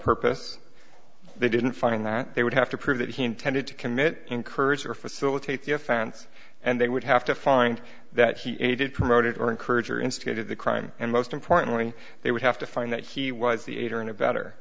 purpose they didn't find that they would have to prove that he intended to commit encourage or facilitate the offense and they would have to find that he aided promoted or encourage or instigated the crime and most importantly they would have to find that he was the aider and abett